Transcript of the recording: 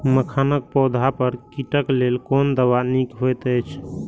मखानक पौधा पर कीटक लेल कोन दवा निक होयत अछि?